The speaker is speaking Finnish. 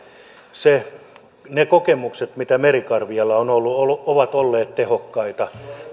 ne kokemukset mitä merikarvialla on ollut ollut ovat olleet tehokkaita